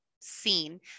seen